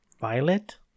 Violet